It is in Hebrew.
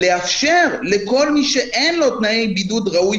ולאפשר לכל מי שאין לו תנאי בידוד ראויים